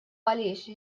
għaliex